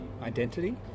identity